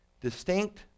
Distinct